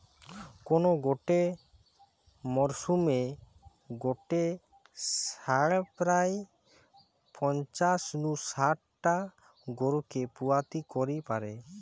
কোন গটে মরসুমে গটে ষাঁড় প্রায় পঞ্চাশ নু শাট টা গরুকে পুয়াতি করি পারে